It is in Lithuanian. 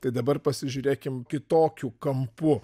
tai dabar pasižiūrėkim kitokiu kampu